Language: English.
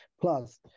Plus